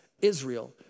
Israel